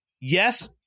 yes